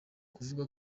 kuvuga